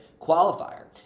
qualifier